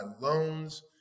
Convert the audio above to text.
loans